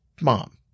mom